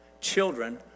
children